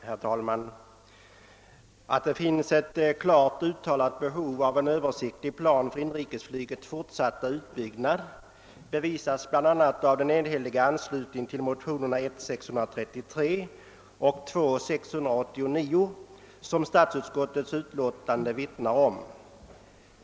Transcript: Herr talman! Att det finns ett klart uttalat behov av en översiktlig plan för inrikesflygets fortsatta utbyggnad bevisas bl.a. av den enhälliga anslutning till motionerna I:633 och II: 689 som statsutskottets utlåtande vittnar om.